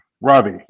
Robbie